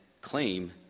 claim